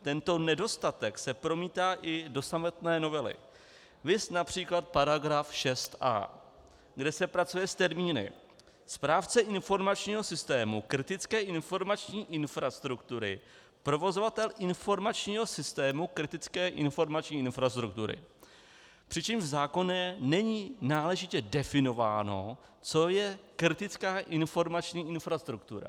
Tento nedostatek se promítá i do samotné novely viz např. § 6a, kde se pracuje s termíny správce informačního systému kritické informační infrastruktury, provozovatel informačního systému kritické informační infrastruktury, přičemž v zákoně není náležitě definováno, co je kritická informační infrastruktura.